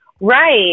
right